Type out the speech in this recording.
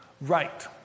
Right